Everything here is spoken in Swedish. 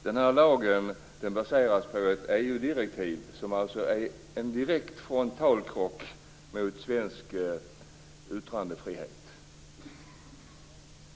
Personuppgiftslagen baseras på ett EU-direktiv som är en direkt frontalkrock mot svensk yttrandefrihet.